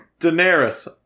Daenerys